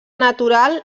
natural